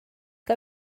que